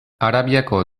arabiako